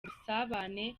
ubusabane